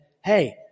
Hey